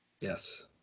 Yes